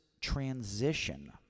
transition